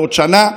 לעוד שנה,